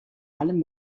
allem